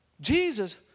Jesus